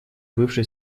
бывший